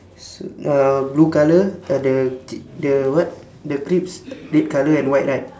sod~ uh blue colour ah the the what the crisp red colour and white right